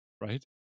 Right